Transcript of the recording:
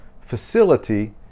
facility